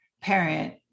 parent